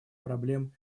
проблем